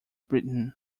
britain